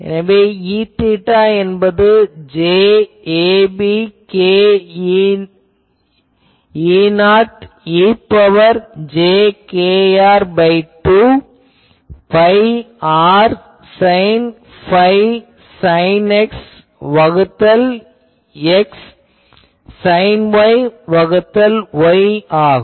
எனவே Eθ என்பது j ab k E0 e ன் power j kr2 pi r sine phi sine X வகுத்தல் X sine Y வகுத்தல் Y ஆகும்